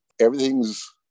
everything's